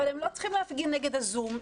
אבל הם לא צריכים להפגין נגד הזום,